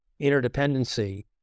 interdependency